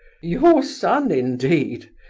your son, indeed!